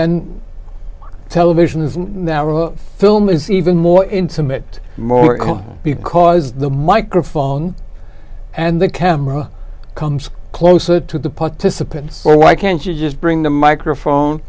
then televisions and film is even more intimate more cool because the microphone and the camera comes closer to the participants or why can't you just bring the microphone